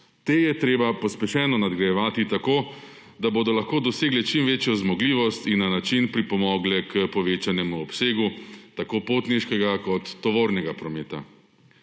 Te je treba pospešeno nadgrajevati tako, da bodo lahko dosegle čim večjo zmogljivost in na način pripomogle k povečanemu obsegu, tako potniškega kot tovornega prometa.